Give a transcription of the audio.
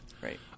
Right